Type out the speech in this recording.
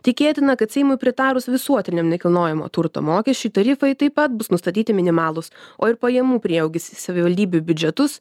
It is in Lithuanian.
tikėtina kad seimui pritarus visuotiniam nekilnojamo turto mokesčiui tarifai taip pat bus nustatyti minimalūs o ir pajamų prieaugis į savivaldybių biudžetus